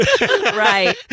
Right